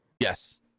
Yes